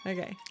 Okay